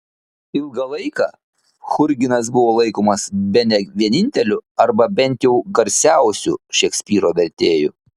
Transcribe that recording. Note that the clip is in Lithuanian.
ilgą laiką churginas buvo laikomas bene vieninteliu arba bent jau garsiausiu šekspyro vertėju